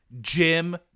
Jim